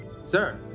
Sir